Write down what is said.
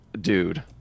Dude